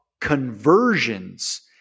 conversions